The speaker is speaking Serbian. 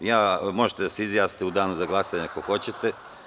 Možete da se izjasnite u danu za glasanje ako hoćete.